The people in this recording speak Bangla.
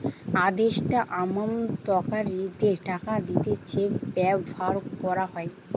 আদেষ্টা আমানতকারীদের টাকা দিতে চেক ব্যাভার কোরা হয়